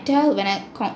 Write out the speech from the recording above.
tell when I